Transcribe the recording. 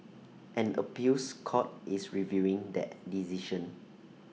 an appeals court is reviewing that decision